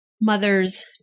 mothers